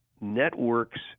networks